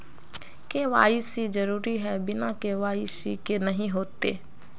KYC जरुरी है बिना के.वाई.सी के नहीं होते?